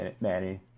manny